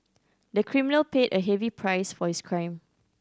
the criminal paid a heavy price for his crime